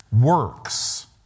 works